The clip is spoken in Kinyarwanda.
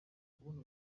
kubona